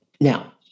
Now